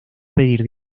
pedir